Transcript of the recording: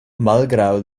malgraŭ